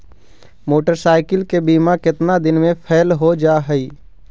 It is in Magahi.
मोटरसाइकिल के बिमा केतना दिन मे फेल हो जा है?